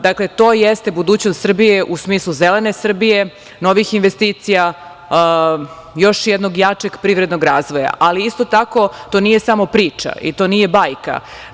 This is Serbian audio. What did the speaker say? Dakle, to jeste budućnost Srbije u smislu zelene Srbije, novih investicija, još jednog jačeg privrednog razvoja, ali isto tako to nije samo priča i to nije bajka.